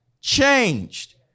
changed